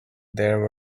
there